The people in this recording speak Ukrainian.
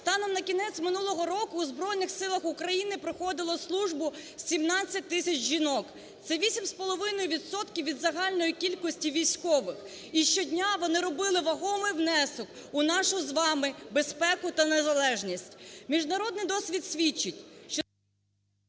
Станом на кінець минулого року в Збройних Силах України проходило службу 17 тисяч жінок, це вісім з половиною відсотків від загальної кількості військових. І щодня вони робили вагомий внесок у нашу з вами безпеку та незалежність. Міжнародний досвід свідчить, що…